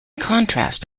contrast